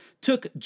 took